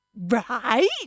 right